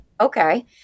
Okay